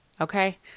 Okay